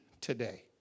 today